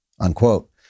Unquote